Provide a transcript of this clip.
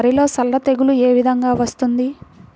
వరిలో సల్ల తెగులు ఏ విధంగా వస్తుంది?